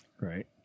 Right